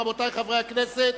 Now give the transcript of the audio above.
רבותי חברי הכנסת,